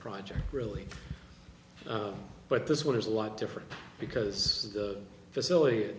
project really but this one is a lot different because the facility